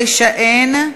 9 אין,